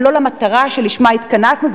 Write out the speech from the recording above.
אבל לא למטרה שלשמה התכנסנו,